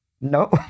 No